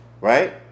Right